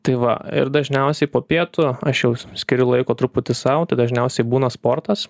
tai va ir dažniausiai po pietų aš jau skiriu laiko truputį sau tai dažniausiai būna sportas